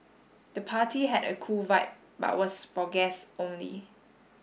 the party had a cool vibe but was for guests only